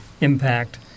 impact